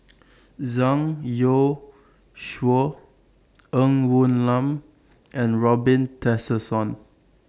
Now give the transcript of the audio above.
Zhang Youshuo Ng Woon Lam and Robin Tessensohn